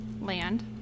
land